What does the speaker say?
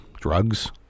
drugs